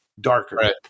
darker